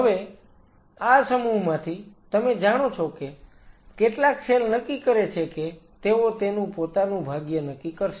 હવે આ સમૂહમાંથી તમે જાણો છો કે કેટલાક સેલ નક્કી કરે છે કે તેઓ તેનું પોતાનું ભાગ્ય નક્કી કરશે